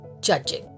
judging